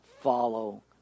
Follow